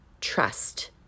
trust